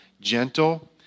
gentle